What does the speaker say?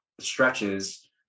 stretches